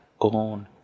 own